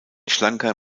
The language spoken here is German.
schlanker